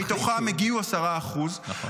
ומתוכם הגיעו 10%. כי הוא מחליט --- נכון.